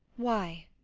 why?